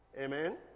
Amen